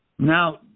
Now